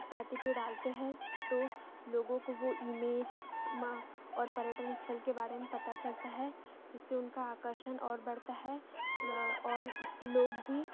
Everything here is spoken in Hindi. इत्यादि पे डालते हैं तो लोगों को वो ईमेज ना पर्यटन स्थल के बारे में पता चलता है जिससे उनका आकर्षण और बढ़ता है और लोग भी